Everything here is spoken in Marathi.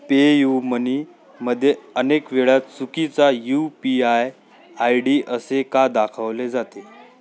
पेयुमनीमध्ये अनेक वेळा चुकीचा U P I I D असे का दाखवले जाते